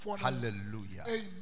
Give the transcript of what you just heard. hallelujah